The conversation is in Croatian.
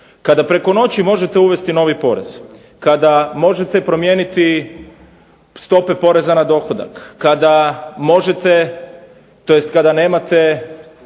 Kada preko noći možete uvesti novi porez, kada možete promijeniti, stope poreza na dohodak, kada nemate kreditnu